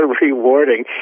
rewarding